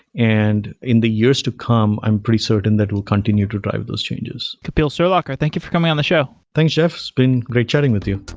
and in the years to come, i'm pretty certain that we'll continue to drive those changes. kapil surlaker, thank you for coming on the show thanks, jeff. been great chatting with you